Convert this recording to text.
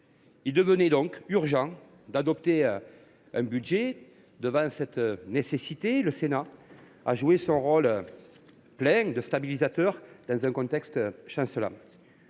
Il devenait donc urgent d’adopter un budget. Face à cette nécessité, le Sénat a joué à plein son rôle de stabilisateur dans un contexte chancelant.